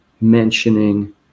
mentioning